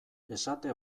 esate